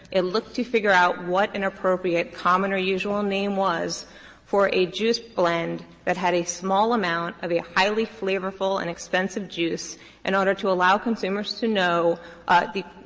it looked to figure out what an appropriate common or unusual name was for a juice blend that had a small amount of a highly flavorful and expensive juice in order to allow consumers to know in